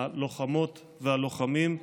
הלוחמות והלוחמים,